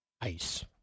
ice